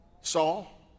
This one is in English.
saul